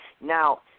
Now